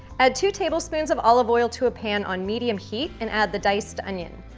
add two tablespoons of olive oil to a pan on medium heat and add the diced onion.